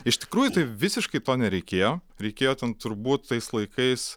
iš tikrųjų tai visiškai to nereikėjo reikėjo ten turbūt tais laikais